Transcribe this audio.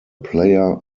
player